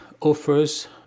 offers